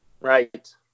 Right